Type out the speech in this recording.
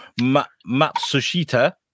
Matsushita